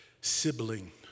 sibling